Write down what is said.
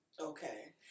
Okay